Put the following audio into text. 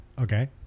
Okay